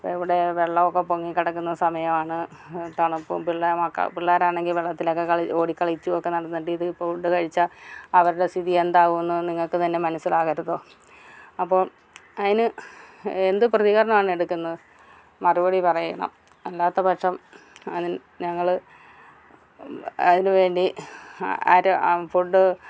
ഇവിടെ വെള്ളമൊക്കെ പൊങ്ങി കിടക്കുന്ന സമയമാണ് തണുപ്പും പിള്ളേർ മക്കൾ പിള്ളേരാണെങ്കിൽ വെള്ളത്തിലൊക്കെ കളി ഓടിക്കളിച്ചും ഒക്കെ നടന്നിട്ട് ഇത് ഇപ്പോൾ ഫുഡ് കഴിച്ചാൽ അവരുടെ സ്ഥിതി എന്താകുമെന്ന് നിങ്ങൾക്കു തന്നെ മനസിലാകരുതോ അപ്പോൾ അതിന് എന്ത് പ്രതികരണമാണ് എടുക്കുന്നത് മറുപടി പറയണം അല്ലാത്ത പക്ഷം അതിന് ഞങ്ങൾ അതിന് വേണ്ടി ആര് ഫുഡ്